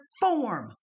form